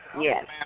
Yes